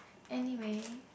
anyway